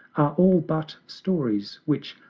are all but stories, which,